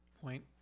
point